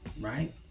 right